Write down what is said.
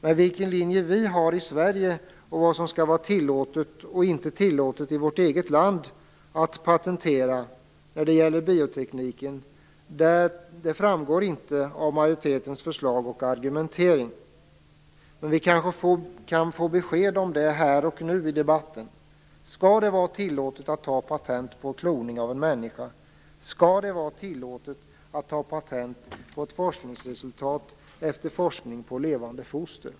Men vilken linje vi har i Sverige och vad som skall vara tillåtet eller inte tillåtet att patentera i vårt eget land när det gäller biotekniken framgår inte av majoritetens förslag och argumentering. Men vi kanske kan få besked om det här och nu i debatten. Skall det vara tillåtet att ta patent på kloning av en människa? Skall det vara tillåtet att ta patent på ett forskningsresultat efter forskning på levande foster?